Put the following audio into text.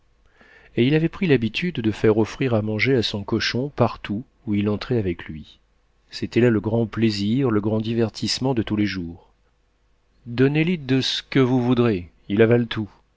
et il avait pris l'habitude de faire offrir à manger à son cochon partout où il entrait avec lui c'était là le grand plaisir le grand divertissement de tous les jours donnez li de c'que vous voudrez il avale tout